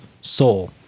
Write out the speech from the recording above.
soul